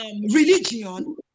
religion